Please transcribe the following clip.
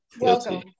Welcome